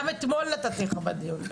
גם אתמול נתתי לך בדיון,